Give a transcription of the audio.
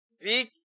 big